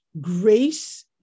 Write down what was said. Grace